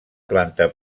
planta